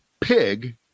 pig